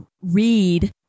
read